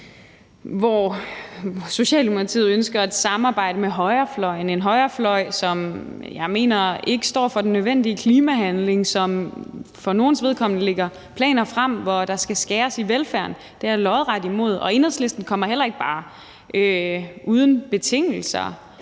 hvor Socialdemokratiet ønsker at samarbejde med højrefløjen – en højrefløj, som jeg mener ikke står for den nødvendige klimahandling, og som for nogles vedkommende lægger planer frem, hvor der skal skæres i velfærden. Det er jeg lodret imod, og Enhedslisten kommer heller ikke bare til uden betingelser